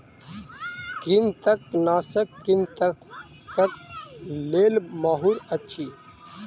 कृंतकनाशक कृंतकक लेल माहुर अछि